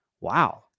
wow